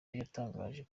yatangaje